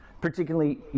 particularly